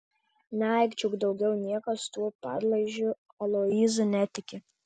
neaikčiok daugiau niekas tuo padlaižiu aloyzu netiki